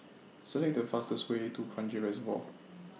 Select The fastest Way to Kranji Reservoir